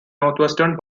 northwestern